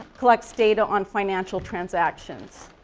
collects data on financial transactions